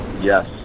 Yes